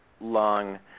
long